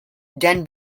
den